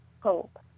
hope